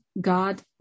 God